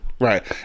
Right